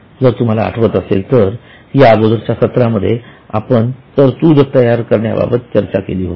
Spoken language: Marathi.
जर तुम्हाला आठवत असेल तर या अगोदरच्या सत्रामध्ये आपण तरतूद तयार करण्याबाबत चर्चा केली होती